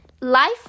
Life